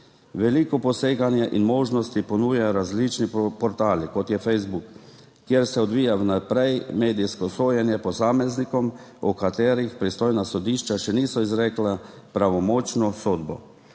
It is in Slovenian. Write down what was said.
Veliko poseganje in možnosti ponujajo različni portali, kot je Facebook, kjer se odvija vnaprej medijsko sojenje posameznikom, o katerih pristojna sodišča še niso izrekla pravnomočno sodbo.